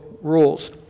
rules